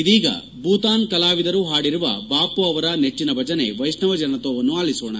ಇದೀಗ ಭೂತಾನ್ ಕಲಾವಿದರು ಪಾಡಿರುವ ಬಾಮ ಅವರ ನೆಚ್ಚಿನ ಭಜನೆ ವೈಷ್ಟವೊ ಜನತೊ ವನ್ನು ಆಲಿಸೋಣ